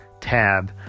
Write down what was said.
tab